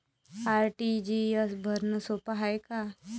RTGS भरनं सोप हाय का?